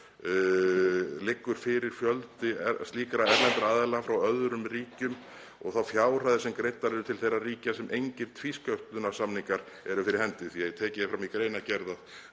Liggur fyrir fjöldi slíkra erlendra aðila frá öðrum ríkjum og þá fjárhæðir sem greiddar eru til þeirra ríkja þar sem engir tvísköttunarsamningar eru fyrir hendi? Því að tekið er fram í greinargerð að